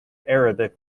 arabic